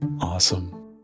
Awesome